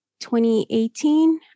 2018